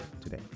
today